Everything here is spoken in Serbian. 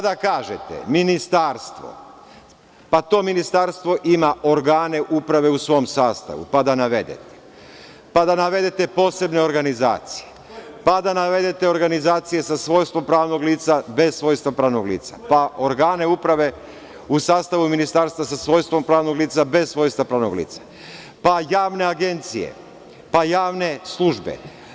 Da kažete – ministarstvo, pa to ministarstvo ima organe uprave u svom sastavu, pa da navedete, pa da navedete posebne organizacije, pa da navedete organizacije sa svojstvom pravnog lica bez svojstva pravnog lica, pa organe uprave u sastavu ministarstva sa svojstvom pravnog lica bez svojstva pravnog lica, pa javne agencije, pa javne službe.